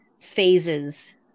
phases